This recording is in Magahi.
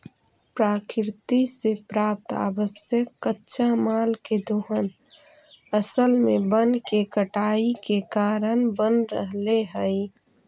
प्रकृति से प्राप्त आवश्यक कच्चा माल के दोहन असल में वन के कटाई के कारण बन रहले हई